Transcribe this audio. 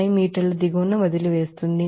5 మీటర్ల దిగువన వదిలివేస్తుంది